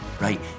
Right